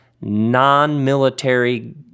non-military